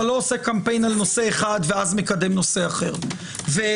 אתה לא עושה קמפיין על נושא אחד ואז מקדם נושא אחר והאמינות